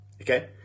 Okay